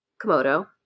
Komodo